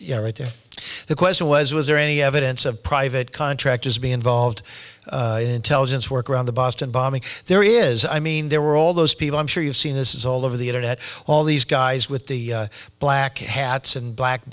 know right there the question was was there any evidence of private contractors be involved in intelligence work around the boston bombing there is i mean there were all those people i'm sure you've seen this is all over the internet all these guys with the black hats and black